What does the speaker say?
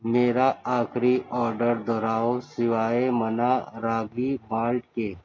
میرا آخری آرڈر دوہراؤ سوائے منا راگی مالٹ کے